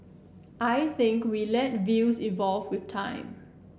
I think we let views evolve with time